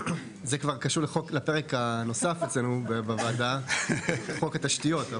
זה כבר קשור לפרק הנוסף אצלנו בוועדה לחוק התשתיות...